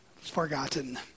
forgotten